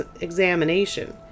examination